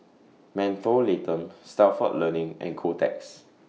Mentholatum Stalford Learning and Kotex